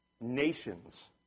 nations